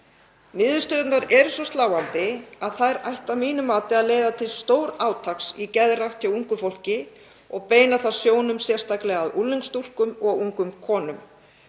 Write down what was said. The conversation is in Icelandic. Niðurstöðurnar eru svo sláandi að þær ættu að mínu mati að leiða til stórátaks í geðrækt hjá ungu fólki og beina sjónum sérstaklega að unglingsstúlkum og ungum konum.